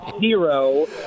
zero